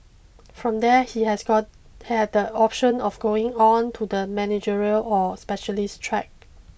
from there he has got he had the option of going on to the managerial or specialist track